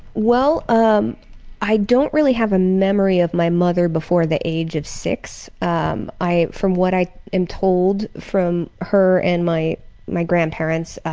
well um i don't really have a memory of my mother before the age of six. um from what i am told, from her and my my grandparents,